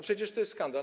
Przecież to jest skandal.